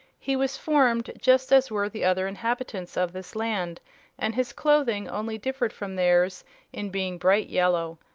he was formed just as were the other inhabitants of this land and his clothing only differed from theirs in being bright yellow.